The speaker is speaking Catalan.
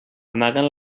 amaguen